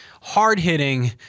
hard-hitting